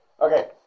Okay